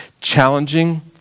challenging